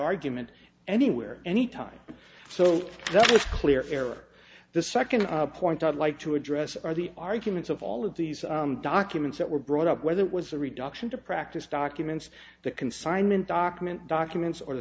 argument anywhere anytime so that it's clear for the second point i'd like to address are the arguments of all of these documents that were brought up whether it was the reduction to practice documents the consignment document documents or the